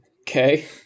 Okay